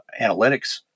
analytics